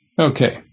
Okay